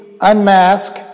unmask